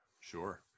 sure